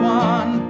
one